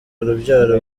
urubyaro